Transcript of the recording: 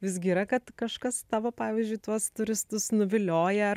visgi yra kad kažkas tavo pavyzdžiui tuos turistus nuvilioja ar